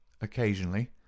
Occasionally